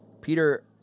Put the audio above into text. Peter